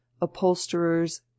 upholsterers